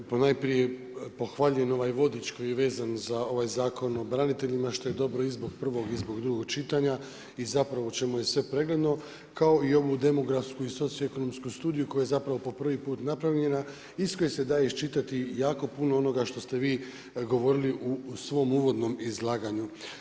Ponajprije pohvaljujem ovaj vodič koji je vezan za ovaj Zakon o braniteljima što je dobro i zbog prvog i zbog drugog čitanja i o čemu je sve pregledno kao i ovu demografsku i socioekonomsku studiju koja je po prvi put napravljena iz koje se da iščitati jako puno onoga što ste vi govorili u svom uvodnom izlaganju.